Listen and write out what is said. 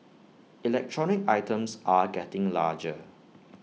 electronic items are getting larger